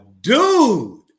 dude